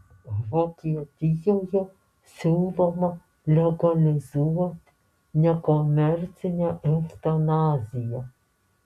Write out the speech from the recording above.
vokietijoje siūloma legalizuoti nekomercinę eutanaziją